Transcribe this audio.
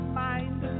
mind